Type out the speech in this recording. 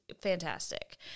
fantastic